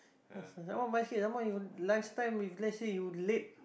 lunch time if let's say you late